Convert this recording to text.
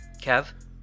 Kev